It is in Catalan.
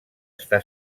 està